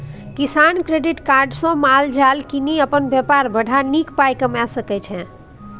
किसान credit card सँ माल जाल कीनि अपन बेपार बढ़ा नीक पाइ कमा सकै छै